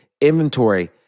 inventory